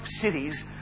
cities